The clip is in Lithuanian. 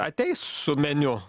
ateis su meniu